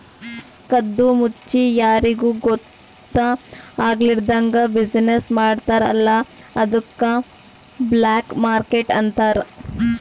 ಕದ್ದು ಮುಚ್ಚಿ ಯಾರಿಗೂ ಗೊತ್ತ ಆಗ್ಲಾರ್ದಂಗ್ ಬಿಸಿನ್ನೆಸ್ ಮಾಡ್ತಾರ ಅಲ್ಲ ಅದ್ದುಕ್ ಬ್ಲ್ಯಾಕ್ ಮಾರ್ಕೆಟ್ ಅಂತಾರ್